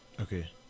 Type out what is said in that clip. Okay